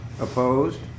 Opposed